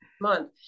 month